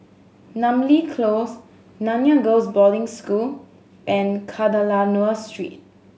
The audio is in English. Namly Close Nanyang Girls' Boarding School and Kadayanallur Street